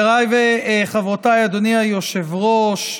אדוני היושב-ראש,